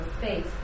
space